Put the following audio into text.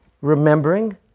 remembering